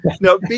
No